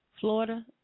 Florida